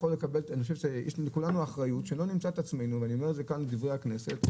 יש לכולנו אחריות שלא נמצא את עצמנו ואני אומר את זה כאן בדברי הכנסת,